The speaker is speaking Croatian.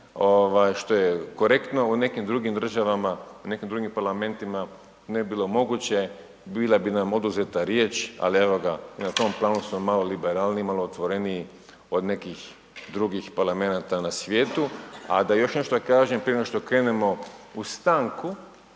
što je korektno u nekim drugim državama, u nekim drugim parlamentima ne bi bilo moguće. Bile bi nam oduzeta riječ, ali evo ga i na tom planu smo mali liberalniji, malo otvoreniji od nekih drugih parlamenata na svijetu. A da još nešto kažem prije nego što krenemo u stanku,